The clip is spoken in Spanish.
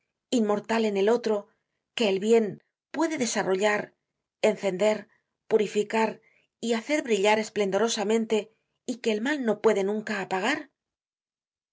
inmortal en el otro que el bien puede desarrollar encender purificar y hacer brillar esplendorosamente y que el mal no puede nunca apagar